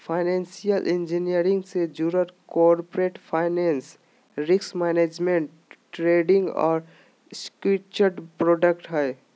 financial engineering से जुडल corporate finance, risk management, trading और स्ट्रक्चर्ड प्रॉडक्ट्स हय